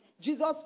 Jesus